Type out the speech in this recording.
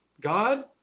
God